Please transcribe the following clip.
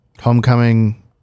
Homecoming